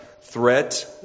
threat